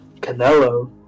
Canelo